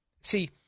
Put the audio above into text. See